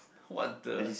what the